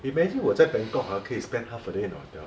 imagine 我在 bangkok ah 可以 spend half a day in the hotel